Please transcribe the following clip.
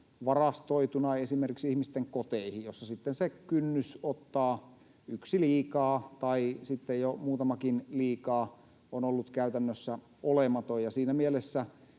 varastoituna esimerkiksi ihmisten koteihin, joissa sitten kynnys ottaa yksi liikaa tai sitten jo muutamakin liikaa on ollut käytännössä olematon.